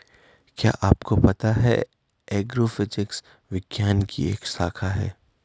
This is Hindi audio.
क्या आपको पता है एग्रोफिजिक्स विज्ञान की एक शाखा है?